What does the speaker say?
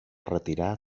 retirar